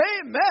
Amen